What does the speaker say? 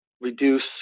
reduce